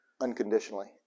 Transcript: unconditionally